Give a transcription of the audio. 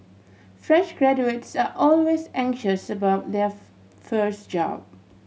fresh graduates are always anxious about their first job